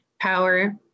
power